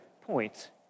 point